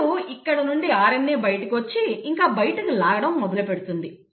ఇప్పుడు ఇక్కడ నుండి RNA బయటకు వచ్చి ఇంకా బయటకు లాగడం మొదలుపెడుతుంది